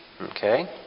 Okay